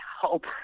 hope